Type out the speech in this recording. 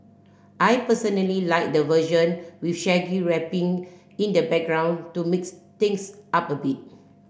I personally like the version with Shaggy rapping in the background to mix things up a bit